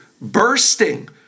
bursting